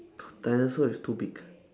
t~ dinosaur is too big